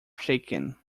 shaken